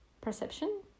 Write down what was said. perception